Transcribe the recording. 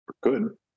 good